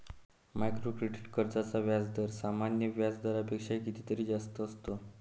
micro credit कर्जांचा व्याजदर सामान्य व्याज दरापेक्षा कितीतरी जास्त असतो